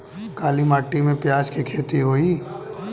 काली माटी में प्याज के खेती होई?